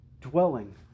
dwelling